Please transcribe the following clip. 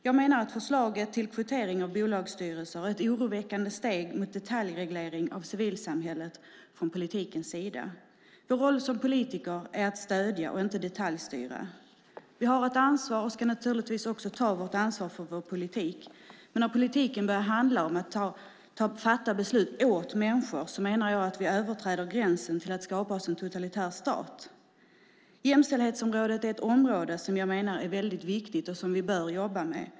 Jag menar att förslaget till kvotering av bolagsstyrelser är ett oroväckande steg mot detaljreglering av civilsamhället från politikens sida. Vår roll som politiker är att stödja och inte att detaljstyra. Vi har ett ansvar för vår politik, och vi ska naturligtvis också ta detta ansvar. Men när politiken börjar handla om att fatta beslut åt människor menar jag att vi överträder gränsen till skapandet av en totalitär stat. Jämställdhetsområdet är ett område som jag menar är viktigt och som vi bör jobba med.